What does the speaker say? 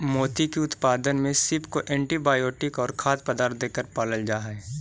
मोती के उत्पादन में सीप को एंटीबायोटिक और खाद्य पदार्थ देकर पालल जा हई